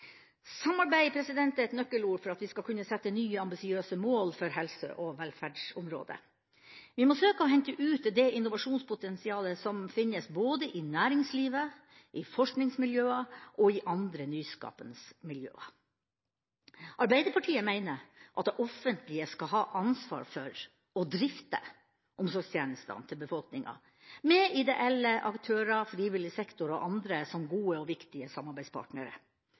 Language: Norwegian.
er et nøkkelord for at vi skal kunne sette nye ambisiøse mål for helse- og velferdsområdet. Vi må søke å hente ut det innovasjonspotensialet som finnes både i næringslivet, i forskningsmiljøer og i andre nyskapende miljøer. Arbeiderpartiet mener at det offentlige skal ha ansvar for å drifte omsorgstjenestene til befolkninga, med ideelle aktører, frivillig sektor og andre som gode og viktige samarbeidspartnere.